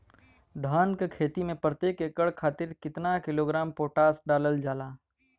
धान क खेती में प्रत्येक एकड़ खातिर कितना किलोग्राम पोटाश डालल जाला?